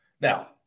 now